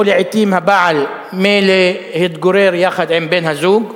או לעתים מהבעל, להתגורר יחד עם בן-הזוג,